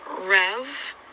rev